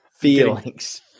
feelings